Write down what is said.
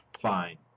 Fine